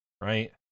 right